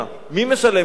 מי משלם את זה?